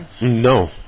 No